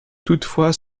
toutefois